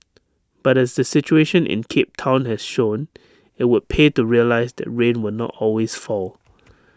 but as the situation in cape Town has shown IT would pay to realise that rain will not always fall